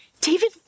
David